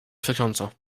przecząco